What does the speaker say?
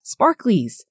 sparklies